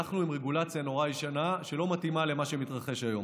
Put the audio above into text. אנחנו עם רגולציה נורא ישנה שלא מתאימה למה שמתרחש היום.